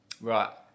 right